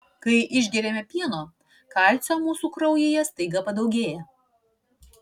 kai išgeriame pieno kalcio mūsų kraujyje staiga padaugėja